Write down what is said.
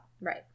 Right